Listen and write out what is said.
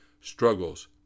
struggles